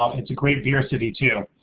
um it's a great beer city, too.